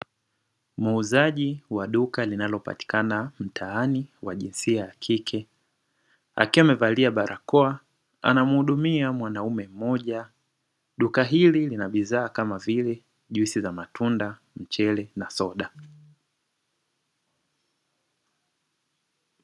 Muuzaji wa duka linalopatikana mtaani wa jinsia ya kike akiwa amevalia barakoa, anamuhudumia mwanaume mmoja. Duka hili lina bidhaa kama vile juisi za matunda, mchele na soda.